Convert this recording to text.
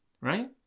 Right